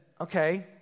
okay